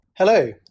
Hello